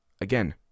again